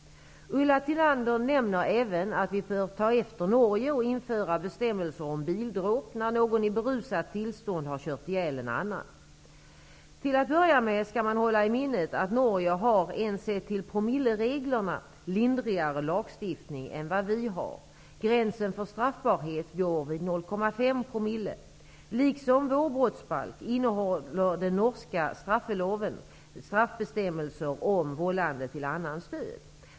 Ulla Tillander nämner även att vi bör ta efter Norge och införa bestämmelser om bildråp när någon i berusat tillstånd har kört ihjäl en annan. Till att börja med skall man hålla i minnet att Norge har en sett till promillereglerna lindrigare lagstiftning än vad vi har. Gränsen för straffbarhet går vid 0,5 promille. Liksom vår brottsbalk innehåller den norska straffeloven straffbestämmelser om vållande till annans död.